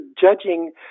judging